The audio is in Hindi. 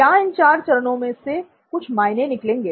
क्या इन चार चरणों से कुछ मायने निकलेंगे